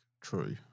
true